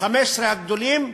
מ-15 הגדולות,